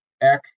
Eck